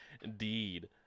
indeed